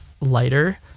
lighter